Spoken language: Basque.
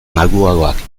malguagoak